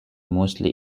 mostly